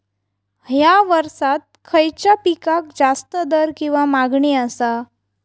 हया वर्सात खइच्या पिकाक जास्त दर किंवा मागणी आसा?